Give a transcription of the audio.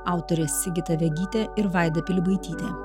autorės sigita vegytė ir vaida pilibaitytė